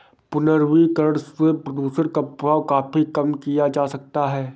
पुनर्वनीकरण से प्रदुषण का प्रभाव काफी कम किया जा सकता है